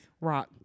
Rock